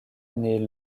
naît